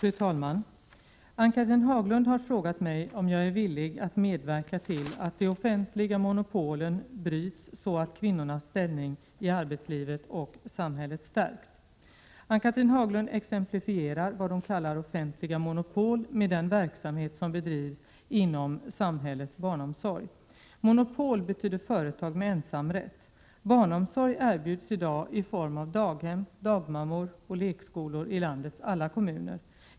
Fru talman! Ann-Cathrine Haglund har frågat mig om jag är villig att medverka till att de offentliga monopolen bryts så att kvinnornas ställning i arbetslivet och samhället stärks. Ann-Cathrine Haglund exemplifierar vad hon kallar offentliga monopol med den verksamhet som bedrivs inom samhällets barnomsorg. Monopol betyder ”företag med ensamrätt”. Barnomsorg erbjuds i dag i form av daghem, dagmammor och lekskolor i landets alla kommuner.